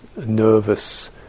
nervous